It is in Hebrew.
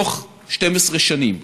בתוך 12 שנים.